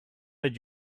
did